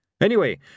Anyway